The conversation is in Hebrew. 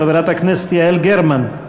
חברת הכנסת יעל גרמן,